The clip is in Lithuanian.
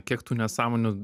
kiek tų nesąmonių